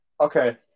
Okay